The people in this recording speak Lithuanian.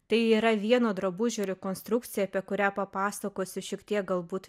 tai yra vieno drabužio rekonstrukcija apie kurią papasakosiu šiek tiek galbūt